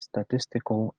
statistical